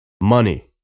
money